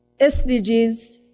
SDGs